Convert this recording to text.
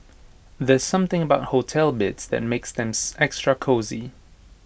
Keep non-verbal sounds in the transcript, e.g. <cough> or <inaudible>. there's something about hotel beds that makes them <unintelligible> extra cosy